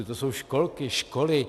To jsou školky, školy.